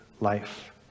life